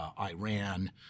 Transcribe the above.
Iran